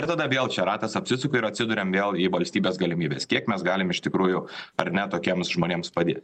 ir tada vėl čia ratas apsisuka ir atsiduriam vėl į valstybės galimybes kiek mes galim iš tikrųjų ar ne tokiems žmonėms padėt